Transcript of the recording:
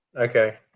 okay